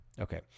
okay